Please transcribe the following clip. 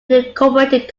unincorporated